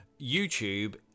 youtube